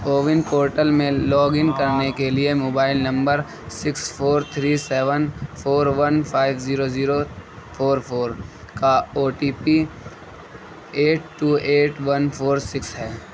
CoWIN portal میں log in کرنے کے لیے mobile number six four three seven four one five zero zero four four کا O T P eight two eight one four six ہے